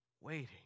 waiting